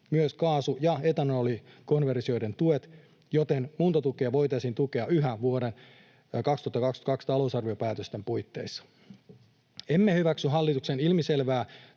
myös kaasu- ja etanolikonversioiden tuet, joten muuntotukia voitaisiin tukea yhä vuoden 2022 talousarviopäätösten puitteissa. Emme hyväksy hallituksen ilmiselvää